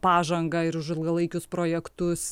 pažangą ir už ilgalaikius projektus